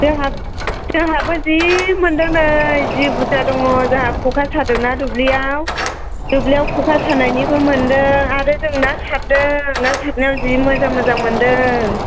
जोंहा जोंहाबो जि मोनदों नै जि बुरजा दङ जोंहा खखा सादोंना दुब्लिआव दुब्लिआव खखा सानायनिबो मोनदों आरो जों ना सारदों ना सारनायआव जि मोजां मोजां मोनदों